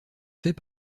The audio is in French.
fait